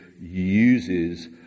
uses